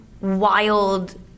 wild